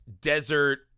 desert